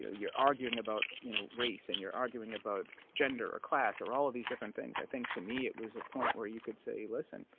ah you're arguing about you know race and you're arguing about gender or class or all of these different things. i think to me it was a point where you could say, listen,